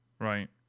Right